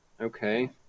Okay